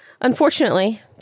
Unfortunately